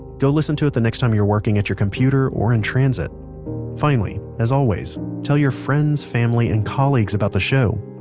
go listen to it the next time your working at your computer or in transit finally, as always, tell your friends, family, and colleagues about the show.